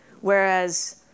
whereas